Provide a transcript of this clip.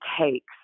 takes